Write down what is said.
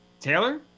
Taylor